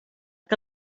que